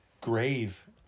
grave